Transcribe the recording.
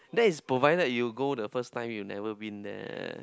that is provided you go the first time you never been there